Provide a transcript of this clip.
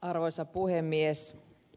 arvoisa puhemies